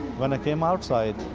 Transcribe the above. when i came outside